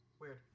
Weird